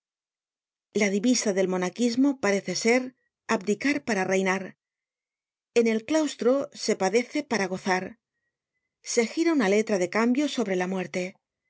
la divisa del monaquismo parece ser abdicar para reinar en el claustro se padece para gozar se gira una letra de cambio sobre la muerte